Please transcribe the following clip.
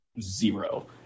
zero